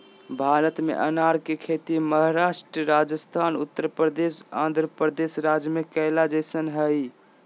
भारत में अनार के खेती महाराष्ट्र, राजस्थान, उत्तरप्रदेश, आंध्रप्रदेश राज्य में कैल जा हई